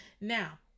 Now